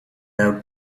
out